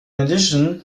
addition